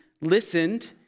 listened